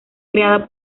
creada